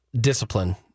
discipline